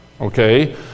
okay